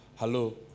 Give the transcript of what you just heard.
Hello